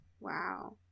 Wow